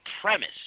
premise